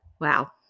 Wow